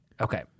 Okay